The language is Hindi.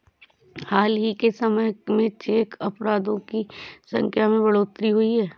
हाल ही के समय में चेक अपराधों की संख्या में बढ़ोतरी हुई है